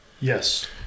Yes